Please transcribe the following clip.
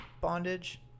bondage